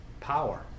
Power